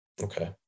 Okay